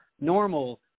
normal